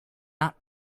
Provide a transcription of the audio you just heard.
not